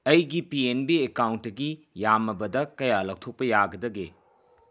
ꯑꯩꯒꯤ P N B ꯑꯦꯀꯥꯎꯟꯇꯒꯤ ꯌꯥꯝꯃꯕꯗ ꯀꯌꯥ ꯂꯧꯊꯣꯛꯄ ꯌꯥꯒꯗꯒꯦ